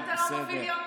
בהצלחה רבה.